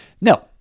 No